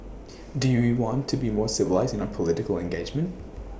do we want to be more civilised in our political engagement